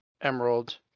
Emerald